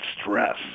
stress